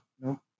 no